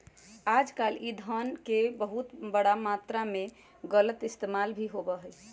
आजकल ई धन के बहुत बड़ा मात्रा में गलत इस्तेमाल भी होबा हई